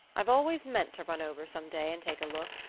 i've always meant to run over some day and take a look.